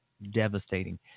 devastating